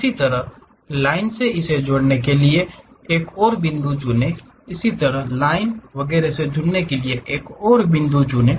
इसी तरह लाइन से इसे जोड़ने के लिए एक और बिंदु चुनें इसी तरह लाइन वगैरह से जुड़ने के लिए एक और बिंदु चुनें